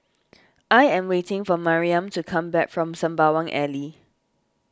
I am waiting for Mariam to come back from Sembawang Alley